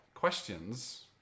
questions